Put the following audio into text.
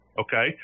okay